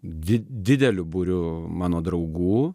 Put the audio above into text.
dideliu būriu mano draugų